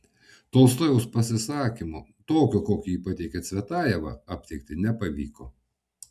tolstojaus pasisakymo tokio kokį jį pateikė cvetajeva aptikti nepavyko